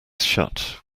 shut